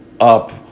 up